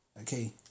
Okay